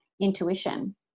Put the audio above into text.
intuition